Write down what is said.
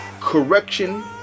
correction